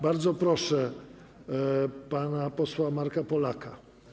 Bardzo proszę pana posła Marka Polaka.